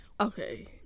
Okay